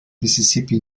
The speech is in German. mississippi